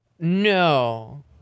No